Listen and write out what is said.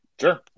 Sure